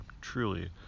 truly